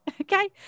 okay